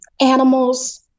animals